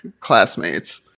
classmates